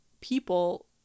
people